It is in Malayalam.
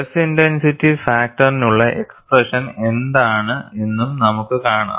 സ്ട്രെസ് ഇന്റൻസിറ്റി ഫാക്ടറിനുള്ള എക്സ്പ്രെഷൻ എന്താണ് എന്നും നമുക്ക് കാണാം